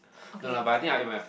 okay whatever